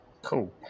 Cool